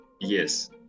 Yes